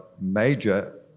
major